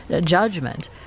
judgment